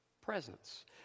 presence